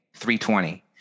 320